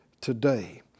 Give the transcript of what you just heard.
today